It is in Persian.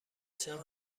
بچم